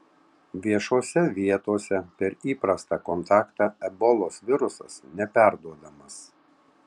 viešose vietose per įprastą kontaktą ebolos virusas neperduodamas